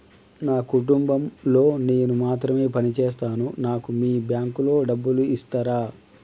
నా కుటుంబం లో నేను మాత్రమే పని చేస్తాను నాకు మీ బ్యాంకు లో డబ్బులు ఇస్తరా?